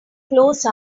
close